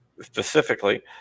specifically